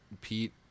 Pete